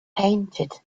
painted